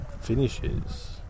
finishes